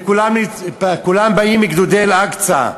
וכולם באים מ"גדודי אל-אקצא".